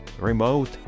remote